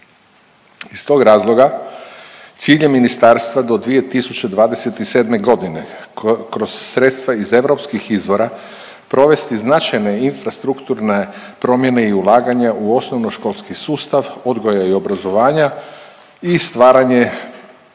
Iz tog razloga cilj je ministarstva do 2027. godine kroz sredstva iz europskih izvora provesti značajne infrastrukturne promjene i ulaganja u osnovnoškolski sustav odgoja i obrazovanja i stvaranje